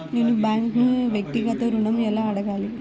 నేను బ్యాంక్ను వ్యక్తిగత ఋణం ఎలా అడగాలి?